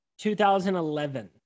2011